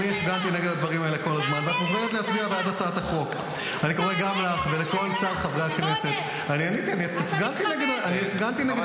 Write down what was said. זה הזמן עכשיו גם בשבילך להצטרף להצעת החוק הצודקת הזו ולהצביע בעד.